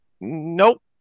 nope